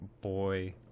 boy